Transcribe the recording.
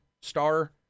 star